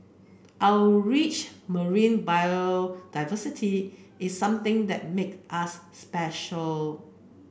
our rich marine biodiversity is something that make us special